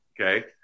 okay